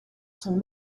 sont